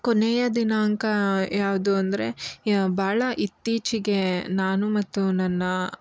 ಕೊನೆಯ ದಿನಾಂಕ ಯಾವುದು ಅಂದರೆ ಭಾಳ ಇತ್ತೀಚೆಗೆ ನಾನು ಮತ್ತು ನನ್ನ